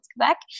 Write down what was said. Quebec